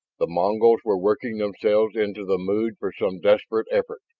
the mongols were working themselves into the mood for some desperate effort,